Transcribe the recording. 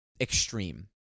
Extreme